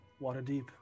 Waterdeep